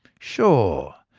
sure!